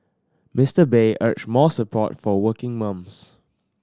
Mister Bay urged more support for working mums